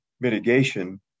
mitigation